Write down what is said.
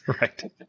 Right